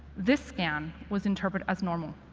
this scan was interpreted as normal.